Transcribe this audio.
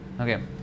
Okay